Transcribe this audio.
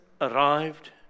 arrived